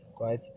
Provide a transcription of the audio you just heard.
Right